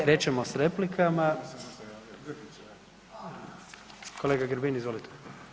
Krećemo s replikama, kolega Grbin izvolite.